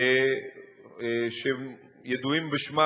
שידועים בשמם,